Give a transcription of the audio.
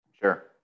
Sure